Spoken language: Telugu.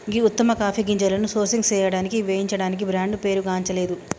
గీ ఉత్తమ కాఫీ గింజలను సోర్సింగ్ సేయడానికి వేయించడానికి బ్రాండ్ పేరుగాంచలేదు